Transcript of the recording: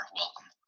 welcome